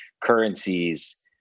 currencies